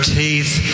teeth